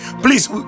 please